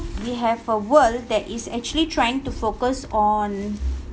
we have a world that is actually trying to focus on